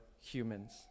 humans